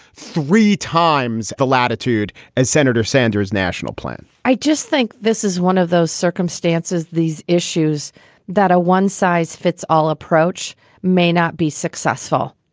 three times the latitude as senator sanders national plan? i just think this is one of those circumstances these issues that a one size fits all approach may not be successful.